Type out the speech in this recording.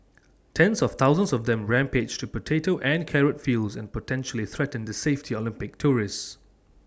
tens of thousands of them rampage through potato and carrot fields and potentially threaten the safety Olympics tourists